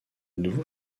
nouveau